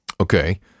Okay